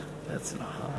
עשר דקות.